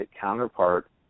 counterpart